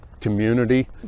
community